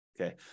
okay